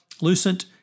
Lucent